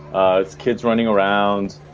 ah kids running around,